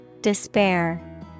Despair